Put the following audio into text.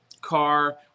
car